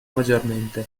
maggiormente